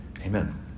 Amen